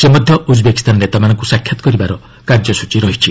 ସେ ମଧ୍ୟ ଉଜ୍ବେକିସ୍ତାନ ନେତାମାନଙ୍କୁ ସାକ୍ଷାତ କରିବାର କାର୍ଯ୍ୟସ୍ଚୀ ରହିଛି